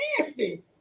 nasty